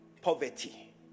poverty